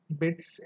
bits